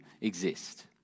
exist